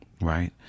Right